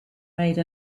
made